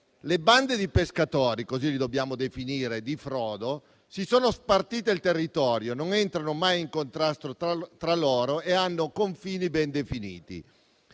Le bande di pescatori di frodo - così le dobbiamo definire - si sono spartite il territorio, non entrano mai in contrasto tra loro e hanno confini ben definiti.